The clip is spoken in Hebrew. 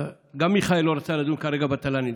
גם מיכאל לא רצה לדון כרגע בתל"נים.